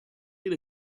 been